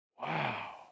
Wow